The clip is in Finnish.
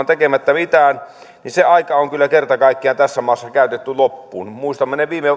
tekemättä mitään se aika on kyllä kerta kaikkiaan tässä maassa käytetty loppuun muistamme ne viime